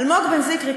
אלמוג בן-זכרי,